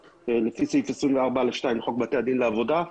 לפי סעיף 24(א)(2) לחוק בתי הדין לעבודה.